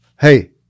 Hey